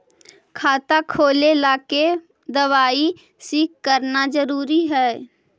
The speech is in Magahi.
खाता खोले ला के दवाई सी करना जरूरी है?